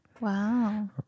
Wow